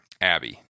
Abby